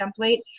template